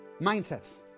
Mindsets